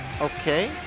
Okay